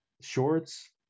shorts